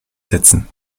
setzen